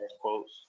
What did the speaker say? quotes